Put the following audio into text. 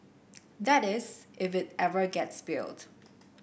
that is if it ever gets built